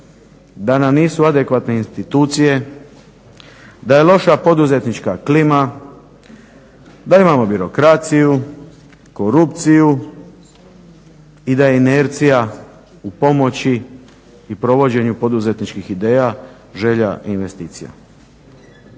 da nam nisu adekvatne institucije, da je loša poduzetnička klima, da imamo birokraciju, korupciju i da je inercija u pomoći i provođenju poduzetničkih ideja želja investicija.